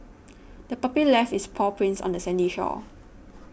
the puppy left its paw prints on the sandy shore